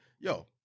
Yo